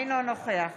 אינו נוכח